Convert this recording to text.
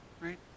right